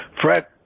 Fred